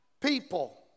people